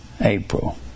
April